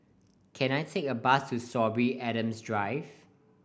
can I take a bus to Sorby Adams Drive